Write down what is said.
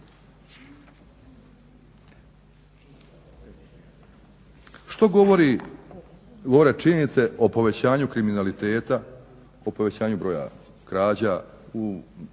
Što govore činjenice o povećanju kriminaliteta o povećanju broja krađa poglavito